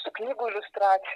su knygų iliustracija